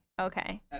okay